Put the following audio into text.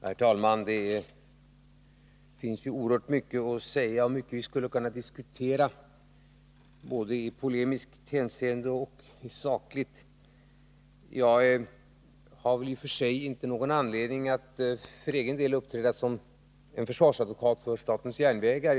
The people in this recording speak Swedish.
Herr talman! Det finns oerhört mycket att säga och mycket vi skulle kunna diskutera, i både polemiskt och sakligt hänseende. Jag har i och för sig inte någon anledning att uppträda som en försvarsadvokat för statens järnvägar.